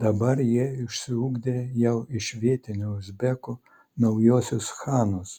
dabar jie išsiugdė jau iš vietinių uzbekų naujuosius chanus